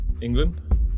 England